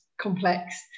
complex